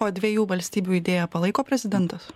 o dviejų valstybių idėją palaiko prezidentas